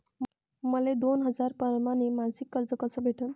मले दोन हजार परमाने मासिक कर्ज कस भेटन?